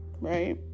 Right